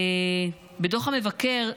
בדוח המבקר התריעו,